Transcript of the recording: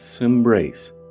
embrace